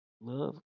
love